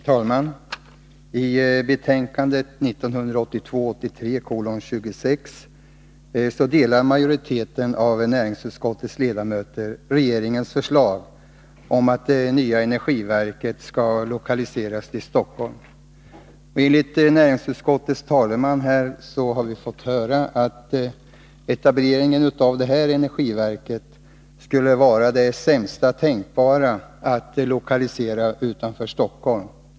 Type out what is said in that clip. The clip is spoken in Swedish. Torsdagen den Herr talman! Majoriteten av näringsutskottets ledamöter ansluter sig i 24 mars 1983 utskottets betänkande 1982/83:26 till regeringens förslag om att det nya energiverket skall lokaliseras till Stockholm. Vi har här av näringsutskottets talesman fått höra att energiverket skulle vara det sämsta tänkbara alternativet för lokalisering utanför Stockholm.